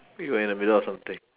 wait you were in the middle of something